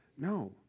no